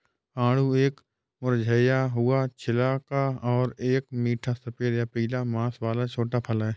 आड़ू एक मुरझाया हुआ छिलका और एक मीठा सफेद या पीला मांस वाला छोटा फल है